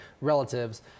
relatives